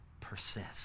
persist